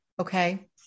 Okay